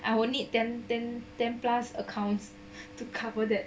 I will need ten ten ten plus accounts to cover that